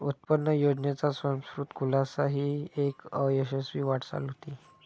उत्पन्न योजनेचा स्वयंस्फूर्त खुलासा ही एक यशस्वी वाटचाल होती